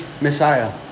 Messiah